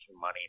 money